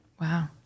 Wow